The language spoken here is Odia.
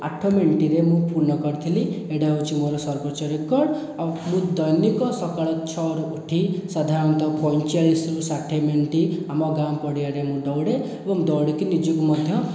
ଆଠ ମିନିଟ୍ରେ ମୁଁ ପୂର୍ଣ୍ଣ କରିଥିଲି ଏଇଟା ହେଉଛି ମୋର ସର୍ବୋଚ୍ଚ ରେକର୍ଡ଼ ଆଉ ମୁଁ ଦୈନିକ ସକାଳ ଛଅରୁ ଉଠି ସାଧାରଣତଃ ପଇଁଚାଳିଶ୍ରୁ ଷାଠିଏ ମିନିଟ୍ ଆମ ଗାଁ ପଡ଼ିଆରେ ମୁଁ ଦୌଡ଼େ ଏବଂ ଦୌଡ଼ିକି ନିଜକୁ ମଧ୍ୟ